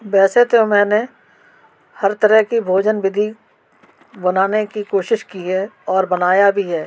वैसे तो मैंने हर तरह की भोजन विधि बनाने की कोशिश की है और बनाया भी है